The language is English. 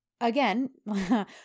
again